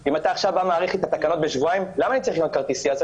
בעניינים כלכליים וגם מפני החשש להסתרת נתונים